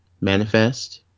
manifest